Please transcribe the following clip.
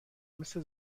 مثل